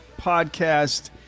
podcast